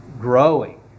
growing